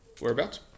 whereabouts